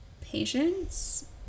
patience